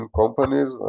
companies